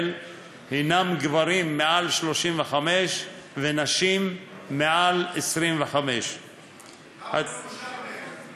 הם גברים מעל 35 ונשים מעל 25. כמה ירושלמים?